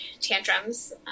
tantrums